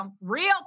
Real